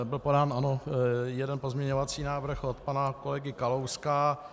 Byl podán jeden pozměňovací návrh od pana kolegy Kalouska.